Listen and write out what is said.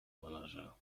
malarza